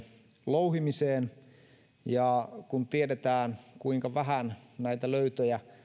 louhimiseen kun tiedetään kuinka vähän näitä löytöjä